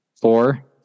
Four